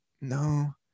no